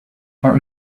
for